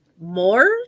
More